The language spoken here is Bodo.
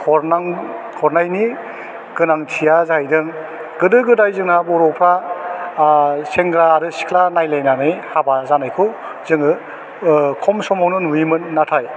हरनां हरनायनि गोनांथिया जाहैदों गोदो गोदाइ जोंहा बर'फ्रा ओह सेग्रा आरो सिख्ला नायलायनानै हाबा जानायखौ जोङो ओह खम समावनो नुयोमोन नाथाय